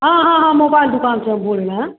हाँ हाँ हाँ मोबाइल दुकान से हम बोल रहे हैं